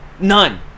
None